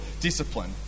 discipline